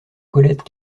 colette